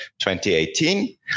2018